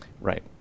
Right